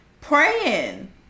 praying